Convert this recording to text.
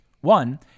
One